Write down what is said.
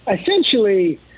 essentially